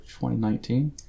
2019